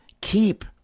keep